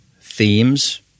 themes